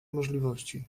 możliwości